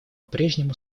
прежнему